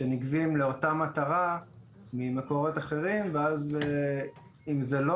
שנגבים לאותה מטרה ממקורות אחרים ואז אם זה לא